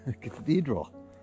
cathedral